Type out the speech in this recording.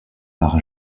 par